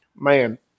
man